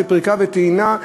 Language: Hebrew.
פריקה וטעינה,